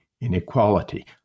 inequality